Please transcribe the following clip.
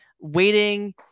waiting